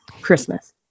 Christmas